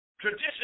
tradition